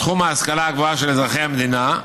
תחום ההשכלה הגבוהה של אזרחי המדינה,